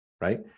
right